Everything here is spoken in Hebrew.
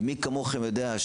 ומי כמוכם יודע,